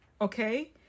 okay